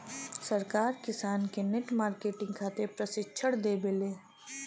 सरकार किसान के नेट मार्केटिंग खातिर प्रक्षिक्षण देबेले?